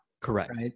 Correct